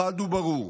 חד וברור: